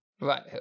Right